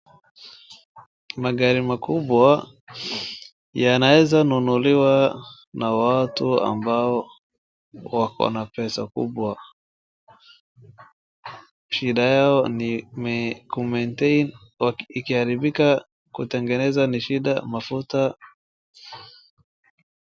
Magari makubwa yanaweza nunuliwa na watu ambao wakona pesa kubwa. shida Yao ni ku maintain .Yakiharibika kutengeneza ni shida mafuta.